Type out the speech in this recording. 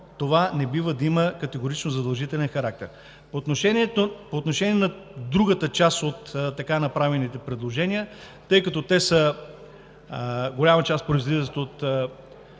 това не бива да има категорично задължителен характер. По отношение на частта от така направените предложения, тъй като голяма част от